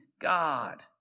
God